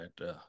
right